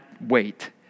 wait